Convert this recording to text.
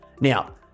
Now